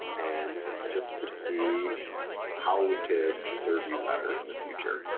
and, just to see how we could serve you better in the future.